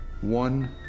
one